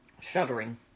Shuddering